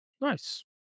Nice